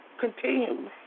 continue